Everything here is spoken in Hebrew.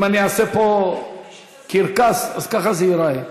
אם אני אעשה פה קרקס, אז ככה זה ייראה.